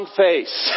face